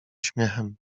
śmiechem